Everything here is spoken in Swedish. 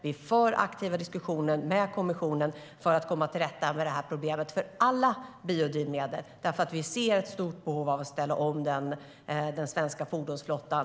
Vi för aktiva diskussioner med kommissionen för att komma till rätta med det här problemet för alla biodrivmedel, för vi ser ett stort behov av att ställa om den svenska fordonsflottan.